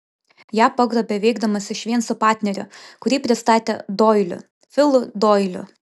ją pagrobė veikdamas išvien su partneriu kurį pristatė doiliu filu doiliu